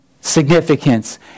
significance